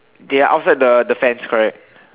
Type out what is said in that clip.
they are outside the fence correct